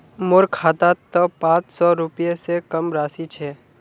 मोर खातात त पांच सौ रुपए स कम राशि छ